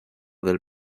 del